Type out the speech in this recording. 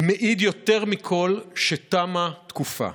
מעידה יותר מכול שתמה תקופה.